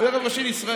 הוא היה רב ראשי לישראל.